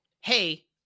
hey